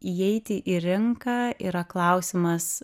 įeiti į rinką yra klausimas